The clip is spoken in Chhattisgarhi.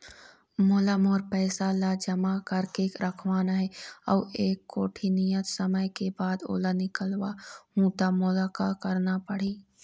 मोला मोर पैसा ला जमा करके रखवाना हे अऊ एक कोठी नियत समय के बाद ओला निकलवा हु ता मोला का करना पड़ही?